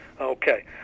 Okay